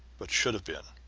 but should have been.